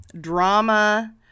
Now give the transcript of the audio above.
drama